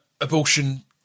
abortion